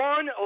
One